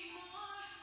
more